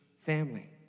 family